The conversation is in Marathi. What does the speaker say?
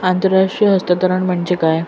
आंतरराष्ट्रीय हस्तांतरण म्हणजे काय?